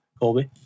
Colby